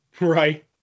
Right